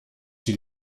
die